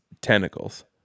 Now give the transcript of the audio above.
tentacles